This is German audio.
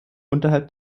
unterhalb